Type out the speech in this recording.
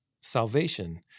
salvation